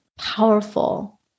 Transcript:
Powerful